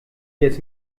jetzt